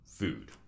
food